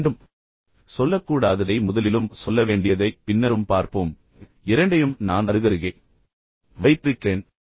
முதலில் என்ன சொல்லக்கூடாது என்று சொல்வோம் பின்னர் என்ன சொல்ல வேண்டும் என்று பார்ப்போம் இரண்டையும் நான் அருகருகே வைத்திருக்கிறேன்